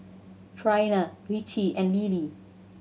Trina Ricci and Lilie